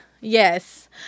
yes